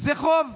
זה חוב,